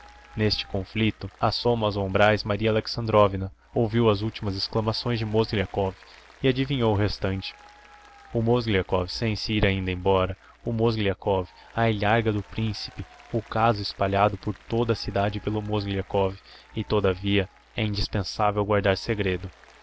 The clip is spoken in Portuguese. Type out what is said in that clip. n'este conflicto assoma aos hombraes maria alexandrovna ouviu as ultimas exclamações de mozgliakov e adivinhou o restante o mozgliakov sem se ir ainda embora o mozgliakov á ilharga do principe o caso espalhado por toda a cidade pelo mozgliakov e todavia é indispensável guardar segredo